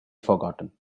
forgotten